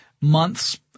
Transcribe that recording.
months